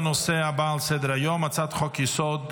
הבא על סדר-היום: הצעת חוק-יסוד: